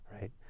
right